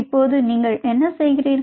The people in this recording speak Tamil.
இப்போது நீங்கள் என்ன செய்கிறீர்கள்